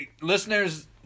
listeners